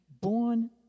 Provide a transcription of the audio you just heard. born